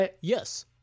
Yes